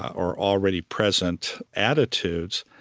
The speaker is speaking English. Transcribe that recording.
or already present attitudes,